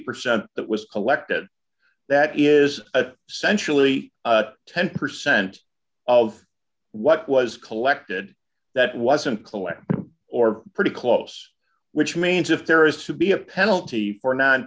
percent that was elected that is a centrally ten percent of what was collected that wasn't collect or pretty close which means if there is to be a penalty for no